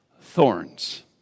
Thorns